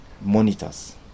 monitors